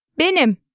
Benim